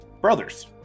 brothers